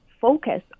focus